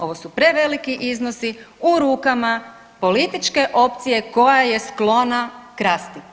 Ovo su preveliki iznosi u rukama političke opcije koja je sklona krasti.